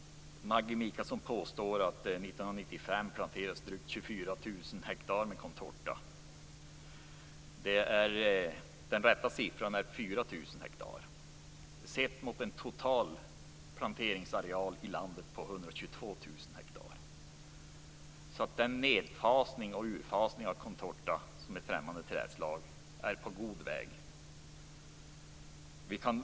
Maggi Mikaelsson påstår att år 1995 planterades drygt 24 000 hektar med contorta. Den rätta siffran är 4 000 hektar. Detta skall ses mot en total planteringsareal i hela landet på 122 000 hektar. Den nedfasning och utfasning som skall ske av contorta som ett främmande trädslag är på god väg.